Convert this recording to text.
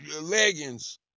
leggings